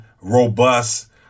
robust